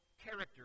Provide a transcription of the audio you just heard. character